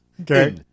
Okay